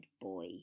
boy